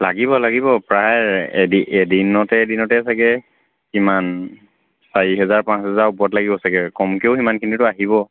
লাগিব লাগিব প্ৰায় এদিনতে এদিনতে চাগৈ কিমান চাৰি হেজাৰ পাঁচ হেজাৰ ওপৰত লাগিব চাগৈ কমকৈও সিমানখিনিতো আহিব